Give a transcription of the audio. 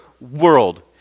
world